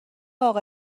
اقا